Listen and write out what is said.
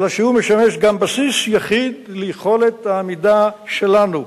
אלא שהוא משמש גם בסיס יחיד ליכולת העמידה שלנו.